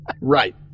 Right